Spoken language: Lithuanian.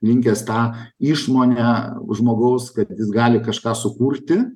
linkęs tą išmonę žmogaus kad jis gali kažką sukurti